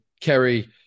Kerry